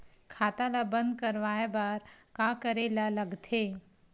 खाता ला बंद करवाय बार का करे ला लगथे?